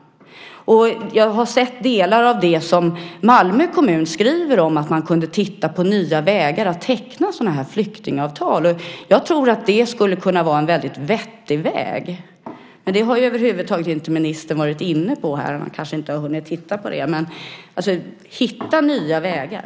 Jag har sett delar av det som Malmö kommun skriver om - att man kunde titta på nya vägar att teckna sådana här flyktingavtal. Jag tror att det skulle kunna vara en väldigt vettig väg, men det har ministern över huvud taget inte varit inne på här. Kanske har han inte hunnit titta på det. Det gäller alltså att hitta nya vägar.